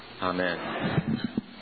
Amen